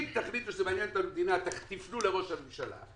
אם תחליטו שזה מעניין את המדינה תפנו לראש הממשלה,